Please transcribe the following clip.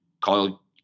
call